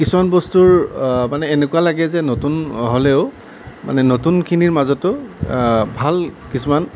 কিছুমান বস্তুৰ মানে এনেকুৱা লাগে যেন নতুন হ'লেও মানে নতুনখিনিৰ মাজতো ভাল কিছুমান